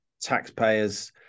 taxpayers